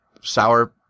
sour